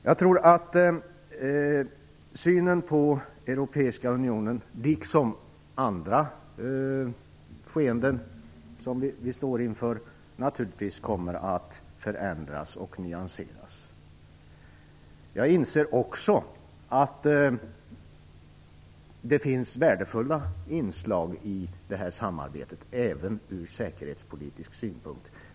Jag tror att synen på den europeiska unionen liksom på andra skeenden som vi står inför naturligtvis kommer att förändras och nyanseras. Jag inser också att det finns värdefulla inslag i det här samarbetet - även ur säkerhetspolitisk synpunkt.